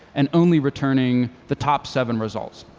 and only returning the top seven results.